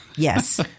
Yes